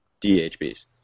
DHBs